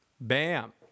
Bam